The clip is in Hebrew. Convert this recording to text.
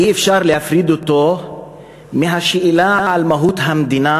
אי-אפשר להפריד אותו מהשאלה על מהות המדינה